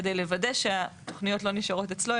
כדי לוודא שהתוכניות לא נשמרות אצלו,